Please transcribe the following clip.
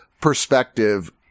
perspective